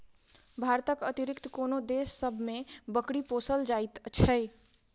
भारतक अतिरिक्त आनो देश सभ मे बकरी पोसल जाइत छै